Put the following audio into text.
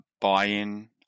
buy-in